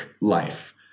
life